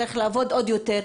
הם צריכים לעבוד עוד יותר,